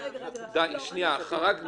חרגנו.